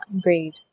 grade